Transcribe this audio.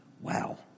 Wow